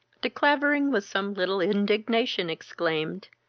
de clavering, with some little indignation, exclaimed,